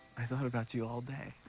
i thought about you all day.